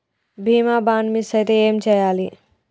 బీమా bond miss అయితే ఏం చేయాలి?